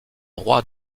roi